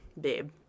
babe